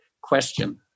question